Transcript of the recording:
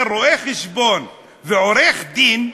אומר, רואה-חשבון ועורך-דין,